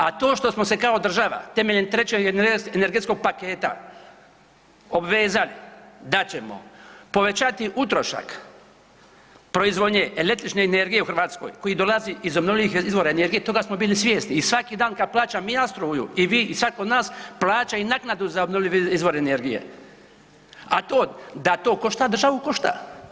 A to što smo se kao država temeljem 3. energetskog paketa obvezali da ćemo povećati utrošak proizvodnje električne energije u Hrvatskoj koji dolazi iz obnovljivih izvora energije, toga smo bili svjesni i svaki dan kad plaćam i ja struju, i vi i svatko od nas, plaća i naknadu za obnovljive izvore energije, a to, da to košta državu, košta.